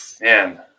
man